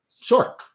Sure